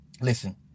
Listen